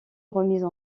remises